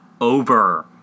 over